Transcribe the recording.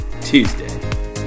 Tuesday